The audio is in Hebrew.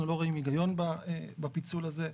אנחנו לא רואים היגיון בפיצול הזה.